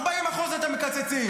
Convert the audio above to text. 40% אתם מקצצים,